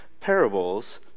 parables